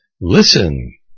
Listen